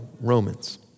Romans